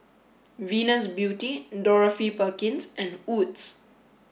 Venus Beauty Dorothy Perkins and Wood's